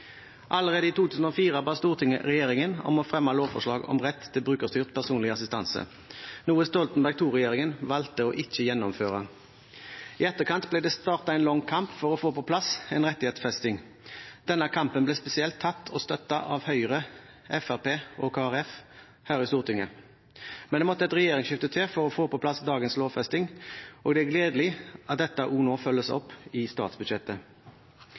Allerede i 2004 ba Stortinget regjeringen om å fremme lovforslag om rett til brukerstyrt personlig assistanse, noe Stoltenberg II-regjeringen valgte å ikke gjennomføre. I etterkant ble det startet en lang kamp for å få på plass en rettighetsfesting. Denne kampen ble spesielt tatt og støttet av Høyre, Fremskrittspartiet og Kristelig Folkeparti her i Stortinget, men det måtte et regjeringsskifte til for å få på plass dagens lovfesting, og det er gledelig at dette nå også følges opp i statsbudsjettet.